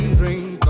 drink